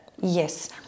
Yes